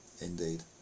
indeed